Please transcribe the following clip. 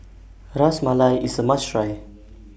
Ras Malai IS A must Try